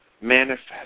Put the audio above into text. manifest